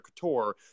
Couture